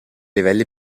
livelli